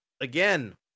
again